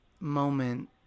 moment